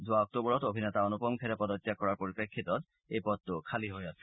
যোৱা অক্টোবৰত অভিনেতা অনুপম খেৰে পদত্যাগ কৰাৰ পৰিপ্ৰেক্ষিতত এই পদটো খালী হৈ আছিল